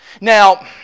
Now